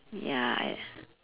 ya e~